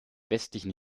westlichen